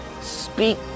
Speak